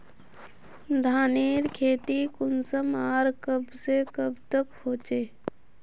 धानेर खेती कुंसम आर कब से कब तक होचे?